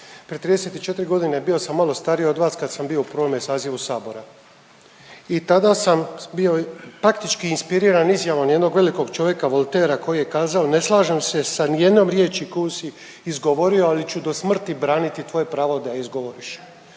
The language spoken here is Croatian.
Prije 34 godine bio sam malo stariji od vas kad sam bio u prvome sazivu Sabora i tada sam bio praktički inspiriran izjavom jednog velikog čovjeka Voltairea koji je kazao ne slažem se sa nijednom riječi koju si izgovorio, ali ću do smrti braniti tvoje pravo da je izgovoriš.